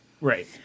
Right